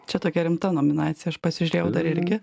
čia tokia rimta nominacija aš pasižiūrėjau dar irgi